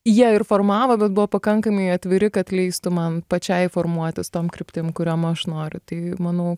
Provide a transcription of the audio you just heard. jie ir formavo bet buvo pakankamai atviri kad leistų man pačiai formuotis tom kryptim kuriom aš noriu tai manau